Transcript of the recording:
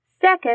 Second